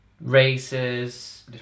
races